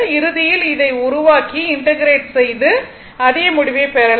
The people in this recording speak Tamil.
இறுதியில் அதை உருவாக்கி இன்டெகிரெட் செய்து அதே முடிவை பெறலாம்